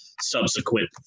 subsequent